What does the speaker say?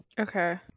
Okay